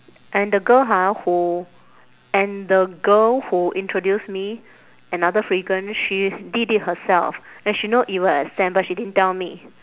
and the girl ha who and the girl who introduced me another frequent she did it herself and she know it will extend but she didn't tell me